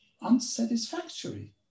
unsatisfactory